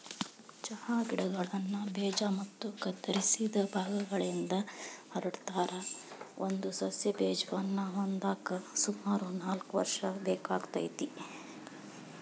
ಚಹಾ ಗಿಡಗಳನ್ನ ಬೇಜ ಮತ್ತ ಕತ್ತರಿಸಿದ ಭಾಗಗಳಿಂದ ಹರಡತಾರ, ಒಂದು ಸಸ್ಯ ಬೇಜವನ್ನ ಹೊಂದಾಕ ಸುಮಾರು ನಾಲ್ಕ್ ವರ್ಷ ಬೇಕಾಗತೇತಿ